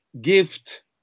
gift